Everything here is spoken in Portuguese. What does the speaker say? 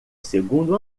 segundo